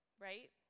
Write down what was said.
right